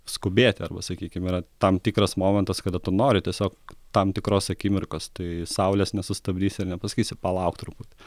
skubėti arba sakykim yra tam tikras momentas kada tu nori tiesiog tam tikros akimirkos tai saulės nesustabdysi ir nepasakysi palauk truputį